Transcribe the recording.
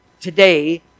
today